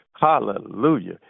Hallelujah